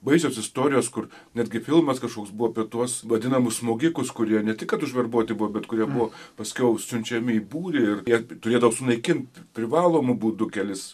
baisios istorijos kur netgi filmas kažkoks buvo apie tuos vadinamus smogikus kurie ne tik kad užverbuoti buvo bet kurie buvo paskiau siunčiami į būrį ir jie turėdavo sunaikinti privalomu būdu kelis